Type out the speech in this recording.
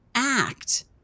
act